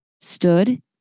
stood